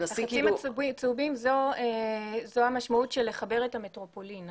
החצים הצהובים, זו המשמעות של לחבר את המטרופולין.